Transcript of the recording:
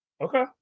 Okay